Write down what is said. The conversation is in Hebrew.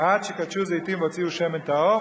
עד שכתשו זיתים והוציאו שמן טהור.